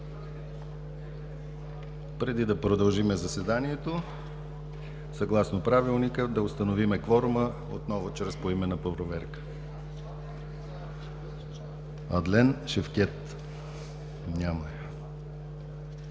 Преди да продължим заседанието, съгласно Правилника да установим кворума – отново чрез поименна проверка. Адлен Шукри Шевкед